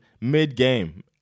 mid-game